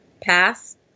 pass